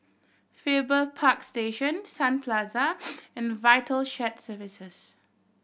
Farrer Park Station Sun Plaza and Vital Shared Services